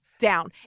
Down